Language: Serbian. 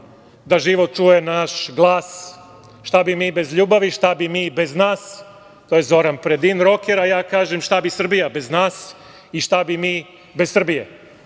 da život čuje naš glas, šta mi bez ljubavi, šta bi mi bez nas, to je Zoran Predin roker, a ja kažem šta bi Srbija bez nas i šta bi mi bez